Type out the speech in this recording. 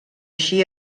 així